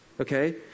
Okay